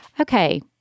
okay